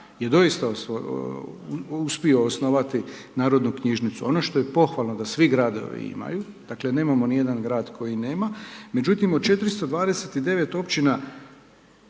je dosita uspio osnovati narodnu knjižnicu. Ono to je pohvalno da svi gradovi imaju, dakle nemamo ni jedan grad koji nema. Međutim od 429 općina